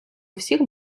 усіх